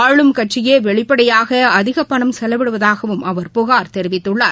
ஆளும்கட்சியே வெளிப்படையாக அதிக பணம் செலவிடுவதாகவும் அவர் புகார் தெரிவித்துள்ளார்